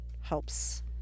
helps